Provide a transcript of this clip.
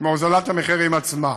מהוזלת המחירים עצמה.